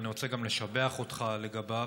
ואני רוצה גם לשבח אותך לגביו,